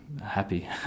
happy